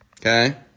Okay